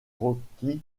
rockies